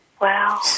Wow